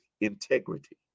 integrity